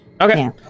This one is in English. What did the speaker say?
Okay